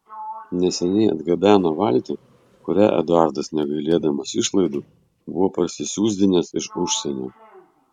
neseniai atgabeno valtį kurią eduardas negailėdamas išlaidų buvo parsisiųsdinęs iš užsienio